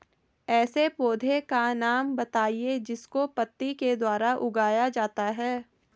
ऐसे पौधे का नाम बताइए जिसको पत्ती के द्वारा उगाया जाता है